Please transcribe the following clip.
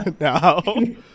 No